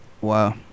Wow